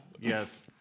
Yes